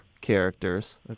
characters